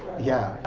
yeah.